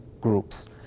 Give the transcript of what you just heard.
groups